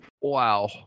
Wow